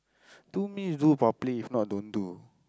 do meals do properly if not don't do